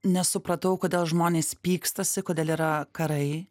nesupratau kodėl žmonės pykstasi kodėl yra karai